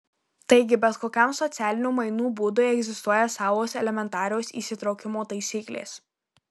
taigi bet kokiam socialinių mainų būdui egzistuoja savos elementarios įsitraukimo taisyklės